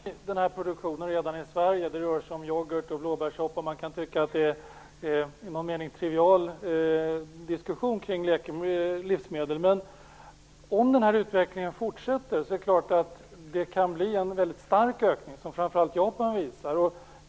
Fru talman! En del av den produktionen är redan i Sverige. Det rör sig om yoghurt och blåbärssoppa. Man kan tycka att det i någon mening är en trivial diskussion kring läkemedel och livsmedel. Om den här utvecklingen fortsätter kan det bli en väldigt stark ökning, som framför allt visar sig i Japan.